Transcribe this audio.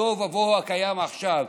התוהו ובוהו הקיים עכשיו,